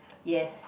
yes